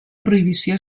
prohibició